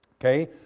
Okay